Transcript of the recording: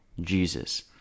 Jesus